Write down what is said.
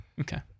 Okay